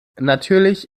natürlich